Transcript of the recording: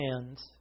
hands